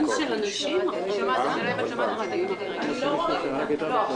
השינויים שמזכירת הכנסת הקריאה לגבי מועדי פתיחת ישיבות